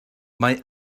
mae